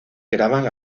graban